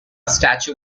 statue